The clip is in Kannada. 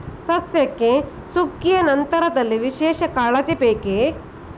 ಸಸ್ಯಕ್ಕೆ ಸುಗ್ಗಿಯ ನಂತರದಲ್ಲಿ ವಿಶೇಷ ಕಾಳಜಿ ಬೇಕೇ?